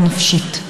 או נפשית.